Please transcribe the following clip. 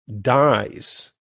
dies